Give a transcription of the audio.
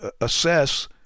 assess